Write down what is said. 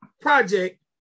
project